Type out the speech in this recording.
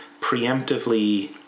preemptively